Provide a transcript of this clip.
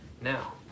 Now